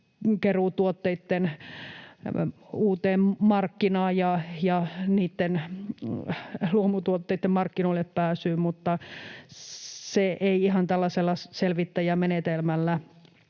luomukeruutuotteitten uuteen markkinaan ja niitten luomutuotteitten markkinoillepääsyyn, mutta se ei ihan tällaisella selvittäjämenetelmällä